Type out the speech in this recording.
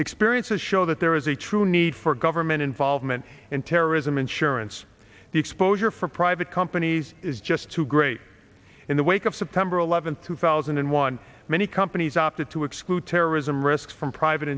experiences show that there is a true need for government involvement in terrorism insurance the exposure for private companies is just too great in the wake of september eleventh two thousand and one many companies opted to exclude terrorism risks from private